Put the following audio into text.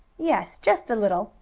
yes, just a little,